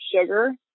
sugar